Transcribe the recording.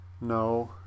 No